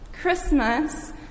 Christmas